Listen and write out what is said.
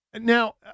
Now